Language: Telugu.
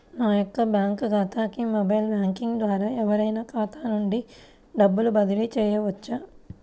నా యొక్క బ్యాంక్ ఖాతాకి మొబైల్ బ్యాంకింగ్ ద్వారా ఎవరైనా ఖాతా నుండి డబ్బు బదిలీ చేయవచ్చా?